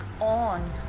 on